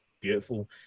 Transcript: beautiful